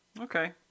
okay